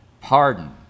Pardon